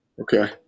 Okay